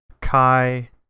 Kai